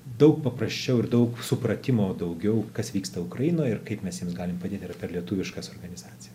daug paprasčiau ir daug supratimo daugiau kas vyksta ukrainoje ir kaip mes jiems galim padėt yra per lietuviškas organizacijas